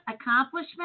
accomplishment